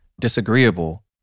disagreeable